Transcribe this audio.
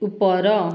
ଉପର